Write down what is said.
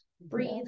Breathe